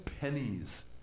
pennies